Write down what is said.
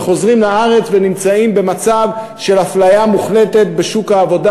וחוזרים לארץ ונמצאים במצב של אפליה מוחלטת בשוק העבודה